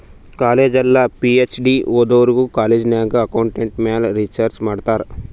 college ಇಲ್ಲ PhD ಓದೋರು college ನಾಗ್ ಅಕೌಂಟಿಂಗ್ ಮ್ಯಾಲ ರಿಸರ್ಚ್ ಮಾಡ್ತಾರ್